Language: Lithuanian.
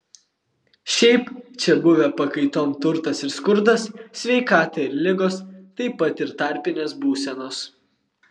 šiaip čia buvę pakaitom turtas ir skurdas sveikata ir ligos taip pat ir tarpinės būsenos